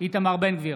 איתמר בן גביר,